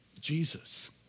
Jesus